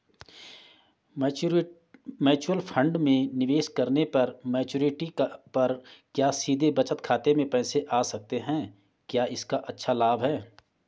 Mutual fund में निवेश करने पर मैच्योरिटी पर क्या सीधे बचत खाते में पैसे आ सकते हैं क्या इसका अच्छा लाभ है?